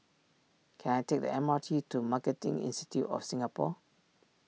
can I take the M R T to Marketing Institute of Singapore